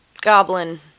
goblin